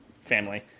family